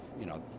you know,